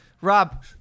Rob